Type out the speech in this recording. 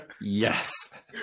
Yes